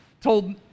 told